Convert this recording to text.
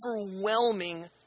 overwhelming